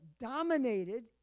dominated